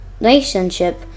relationship